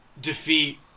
defeat